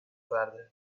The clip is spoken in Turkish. verdi